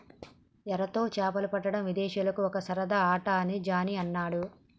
ఎరతో చేపలు పట్టడం విదేశీయులకు ఒక సరదా ఆట అని జానీ అన్నాడు